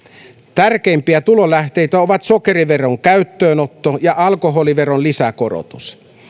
tärkeimpiä tulolähteitä ovat sokeriveron käyttöönotto ja alkoholiveron lisäkorotus